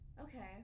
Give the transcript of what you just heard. Okay